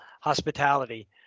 hospitality